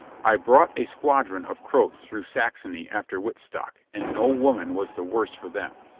i brought a squadron of croats through saxony after wittstock, and no woman was the worse for them.